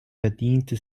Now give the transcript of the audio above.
verdiente